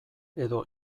edo